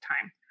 time